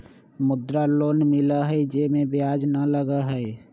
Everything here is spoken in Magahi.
मुद्रा लोन मिलहई जे में ब्याज न लगहई?